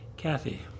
Kathy